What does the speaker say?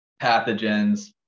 pathogens